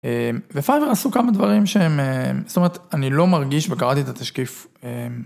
ופייבר עשו כמה דברים שהם, זאת אומרת, אני לא מרגיש וקראתי את התשקיף.